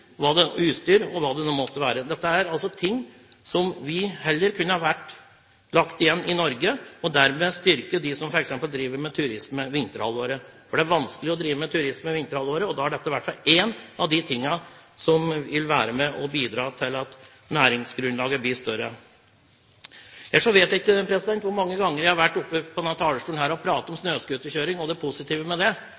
utstyr og hva det nå måtte være. Dette kunne vi heller valgt å legge igjen i Norge og dermed styrket dem som f.eks. driver med turisme i vinterhalvåret. Det er vanskelig å drive med turisme i vinterhalvåret, og da er dette i hvert fall en av de tingene som vil være med på å bidra til at næringsgrunnlaget blir større. Ellers vet jeg ikke hvor mange ganger jeg har vært på denne talerstolen og pratet om